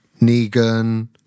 negan